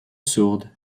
sourde